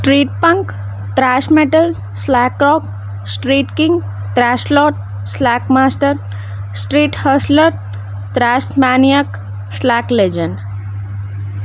street punk thrash metal slack rock street king thrash lad slack master street hustler thrash maniac slack legend